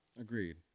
Agreed